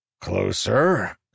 Closer